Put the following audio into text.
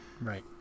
Right